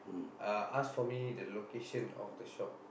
uh ask for me the location of the shop